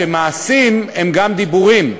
מעשים הם גם דיבורים,